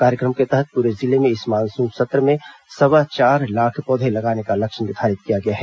कार्यक्रम के तहत पूरे जिले में इस मानसून में सवा चार लाख पौधे लगाने का लक्ष्य निर्धारित किया गया है